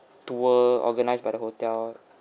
tour organised by the hotel